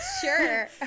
Sure